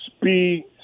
speed